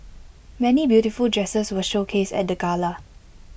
many beautiful dresses were showcased at the gala